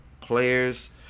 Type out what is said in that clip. players